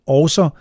også